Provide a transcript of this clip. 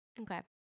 Okay